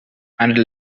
hundred